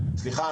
סליחה,